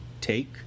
take